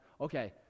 okay